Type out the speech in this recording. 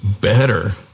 better